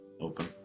open